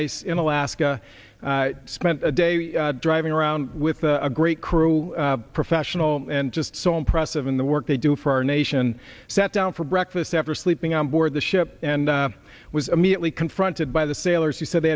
ice in alaska spent a day driving around with a great crew professional and just so impressive in the work they do for our nation sat down for breakfast after sleeping onboard the ship and was immediately confronted by the sailors who said they